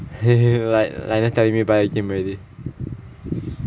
like tell me buy the game already